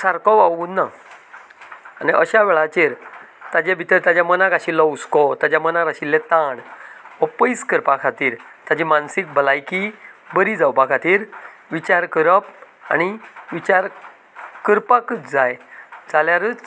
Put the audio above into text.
सारको वावुरना आनी अश्या वेळाचेर ताचे भितर ताच्या मनांत आशिल्लो हुस्को ताच्या मनांत आशिल्ले ताण हो पयस करपा खातीर ताची मानसीक भलायकी बरी जावपा खातीर विचार करप आनी विचार करपाकच जाय जाल्यारच